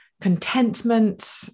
contentment